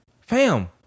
fam